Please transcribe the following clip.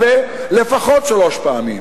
שבועות בכתב ובעל-פה לפחות שלוש פעמים.